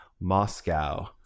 Moscow